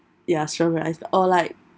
ya strawberry ice or like